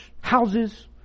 houses